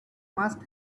must